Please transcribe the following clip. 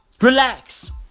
relax